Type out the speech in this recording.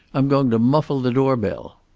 i'm going to muffle the door-bell!